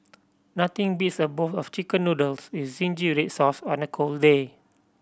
nothing beats a bowl of Chicken Noodles with zingy red sauce on a cold day